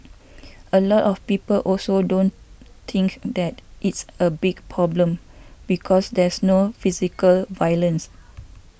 a lot of people also don't think that it's a big problem because there's no physical violence